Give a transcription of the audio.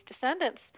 descendants